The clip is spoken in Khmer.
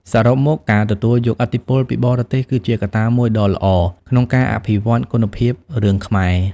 សរុបមក ការទទួលយកឥទ្ធិពលពីបរទេស គឺជាកត្តាមួយដ៏ល្អក្នុងការអភិវឌ្ឍគុណភាពរឿងខ្មែរ។